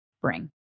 bring